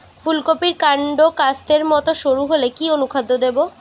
ফুলকপির কান্ড কাস্তের মত সরু হলে কি অনুখাদ্য দেবো?